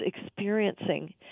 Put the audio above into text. experiencing